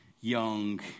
young